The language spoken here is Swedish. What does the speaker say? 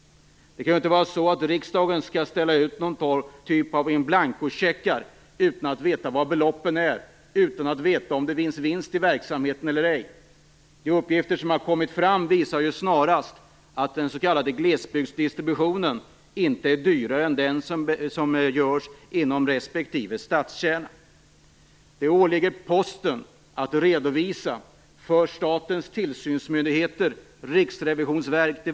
Det kan väl inte vara så att riksdagen skall ställa ut någon typ av inblankocheckar utan att veta vilka beloppen är, utan att veta om det finns vinst i verksamheten eller ej. De uppgifter som har kommit fram visar snarast att den s.k. glesbygdsdistributionen inte är dyrare än distributionen inom respektive stadskärna. Det åligger Posten att redovisa det verkliga förhållandet för statens tillsynsmyndigheter och Riksrevisionsverket.